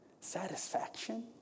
satisfaction